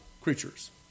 creatures